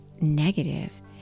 negative